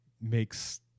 makes